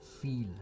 Feel